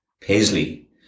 Paisley